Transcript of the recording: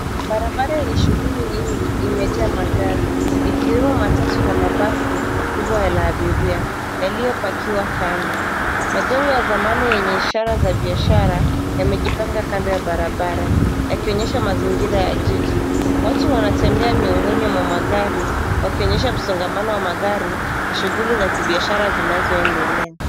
Barabara yenye shughuli nyingi imejaa magari ikiwemo matatu na mabasi kubwa la abiria yaliyopakiwa kando. Majengo ya zamani yenye ishara ya biashara yamejipanga kando ya barabara yakionyesha mazingira ya jiji. Watu wanatembea miongoni mwa magari wakionyesha msongamano wa magari na shughuli za biashara zinazoendelea.